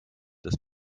des